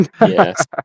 Yes